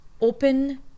open